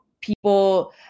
people